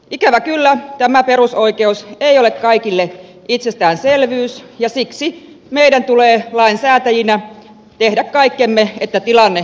ikävä kyllä tämä perusoikeus ei ole kaikille itsestäänselvyys ja siksi meidän tulee lainsäätäjinä tehdä kaikkemme että tilanne korjaantuu